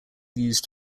used